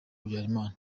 habyarimana